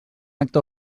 acte